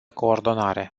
coordonare